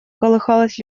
колыхалась